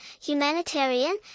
humanitarian